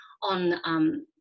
On